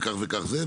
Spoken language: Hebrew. וכך וכך זה.